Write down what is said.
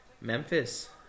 Memphis